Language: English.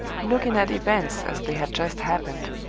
looking at events as they had just happened,